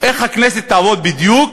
איך בדיוק